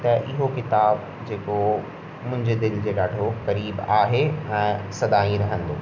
त इहो किताब जेको हुओ मुंहिंजे दिलि जे ॾाढो क़रीबु आहे ऐं सदा ई रहंदो